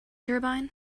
turbine